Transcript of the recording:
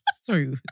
Sorry